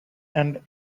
and